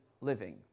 living